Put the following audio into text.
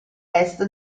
est